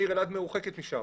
העיר אלעד מרוחקת משם.